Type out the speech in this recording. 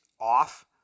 off